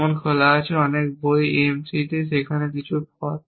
যেমন খোলা আছে অনেক বই M সিটি এখানে কিছু পথ